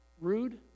rude